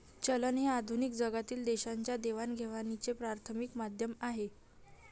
चलन हे आधुनिक जगातील देशांच्या देवाणघेवाणीचे प्राथमिक माध्यम आहे